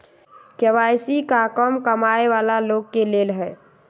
KYC का कम कमाये वाला लोग के लेल है?